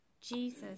Jesus